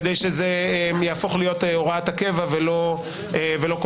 כדי שזה יהפוך להיות הוראת הקבע ולא כל